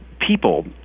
people